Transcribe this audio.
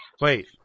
Wait